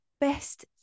best